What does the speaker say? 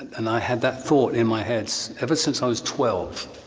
and i had that thought in my head, ever since i was twelve,